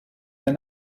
der